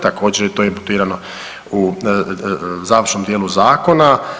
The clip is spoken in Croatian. Također je to imputirano u završnom dijelu zakona.